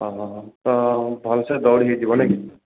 ହଁ ହଁ ହଁ ତ ଭଲସେ ଦୌଡ଼ିକିଯିବ ନାଇକି